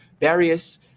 various